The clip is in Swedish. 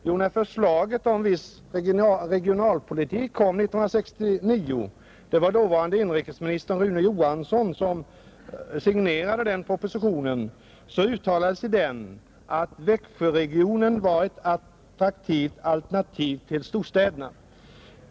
Jo, när förslaget om en viss regionalpolitik lades fram år 1969 — det var dåvarande utrikesministern Rune Johansson som signerade den propositionen — uttalades i den att Växjöregionen var ett attraktivt alternativ till storstäderna.